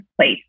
place